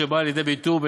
שבאה לידי ביטוי,